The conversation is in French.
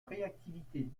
réactivité